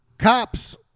cops